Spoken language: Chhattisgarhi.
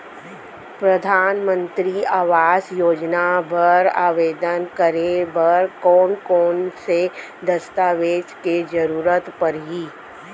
परधानमंतरी आवास योजना बर आवेदन करे बर कोन कोन से दस्तावेज के जरूरत परही?